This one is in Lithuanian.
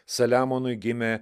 saliamonui gimė